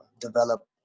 develop